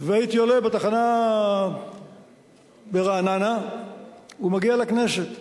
והייתי עולה בתחנה ברעננה ומגיע לכנסת.